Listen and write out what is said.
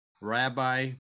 Rabbi